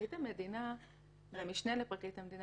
פרקליט המדינה והמשנה לפרקליט המדינה